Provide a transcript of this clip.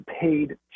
paid